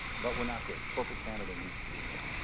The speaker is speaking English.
but we're not there. corporate canada needs to do more.